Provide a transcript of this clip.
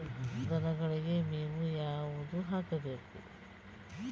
ದನಗಳಿಗೆ ಮೇವು ಯಾವುದು ಹಾಕ್ಬೇಕು?